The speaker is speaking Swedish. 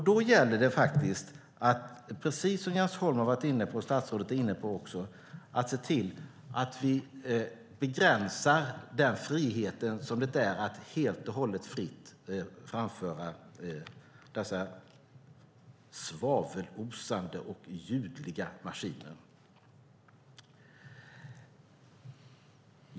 Då gäller det, precis som Jens Holm och statsrådet varit inne på, att se till att vi begränsar den frihet som det är att helt fritt framföra dessa svavelosande och ljudliga maskiner.